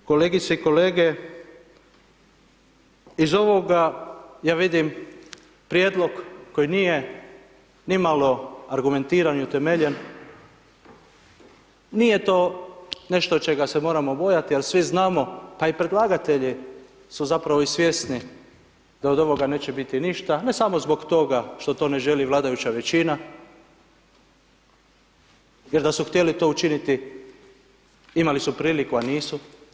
I zato kolegice i kolege, iz ovoga ja vidim prijedlog koji nije nimalo argumentiran ni utemeljen, nije to nešto čega se moramo bojati ali svi znamo pa i predlagatelji su zapravo i svjesni da od ovoga neće biti ništa, ne samo zbog toga što to ne želi vladajuća većina jer da su htjeli to učiniti, imali su priliku a nisu.